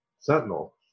Sentinel